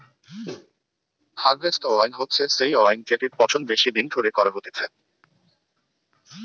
harvest wine হচ্ছে সেই wine জেটির পচন বেশি দিন ধরে করা হতিছে